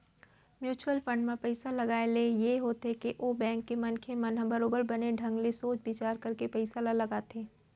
mutual fund म पइसा लगाए ले ये होथे के ओ बेंक के मनखे मन ह बरोबर बने ढंग ले सोच बिचार करके पइसा ल लगाथे